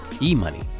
e-money